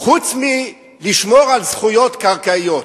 חוץ מלשמור על זכויות קרקעיות.